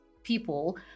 people